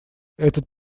этот